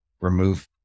remove